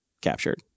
captured